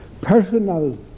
personal